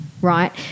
right